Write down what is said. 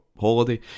holiday